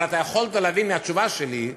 אבל אתה יכולת להבין מהתשובה שלי,